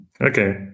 Okay